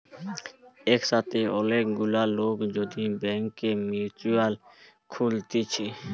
একসাথে অনেক গুলা লোক যদি ব্যাংকে মিউচুয়াল খুলতিছে